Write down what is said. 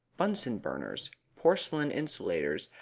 bunsen burners, porcelain insulators,